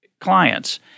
clients